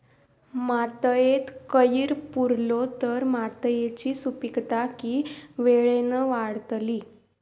मातयेत कैर पुरलो तर मातयेची सुपीकता की वेळेन वाडतली?